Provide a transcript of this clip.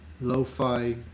lo-fi